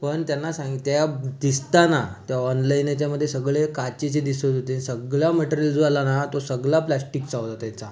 पण त्यांना सांगित त्या दिसताना त्या ऑनलाईन याच्यामध्ये सगळे काचेचे दिसत होते सगळं मटेरिल जो आला ना तो सगळा प्लास्टिकचा होता त्याचा